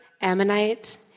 Ammonite